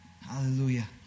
hallelujah